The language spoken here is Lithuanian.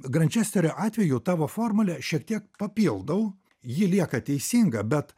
grančesterio atveju tavo formulę šiek tiek papildau ji lieka teisinga bet